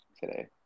today